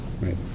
Right